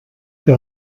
que